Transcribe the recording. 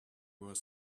were